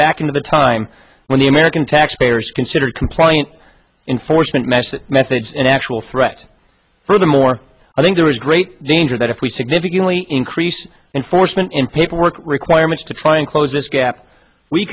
back into the time when the american taxpayers consider compliant enforcement measures methods and actual threat furthermore i think there is great danger that if we significantly increase enforcement in paperwork requirements to try and close this gap we